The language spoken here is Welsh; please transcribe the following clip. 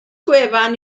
gwefan